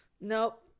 Nope